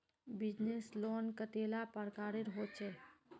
Business loan कतेला प्रकारेर होचे?